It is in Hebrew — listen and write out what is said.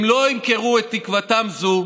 הם לא ימכרו את תקוותם זו